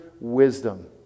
wisdom